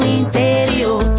interior